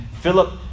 Philip